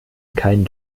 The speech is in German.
kein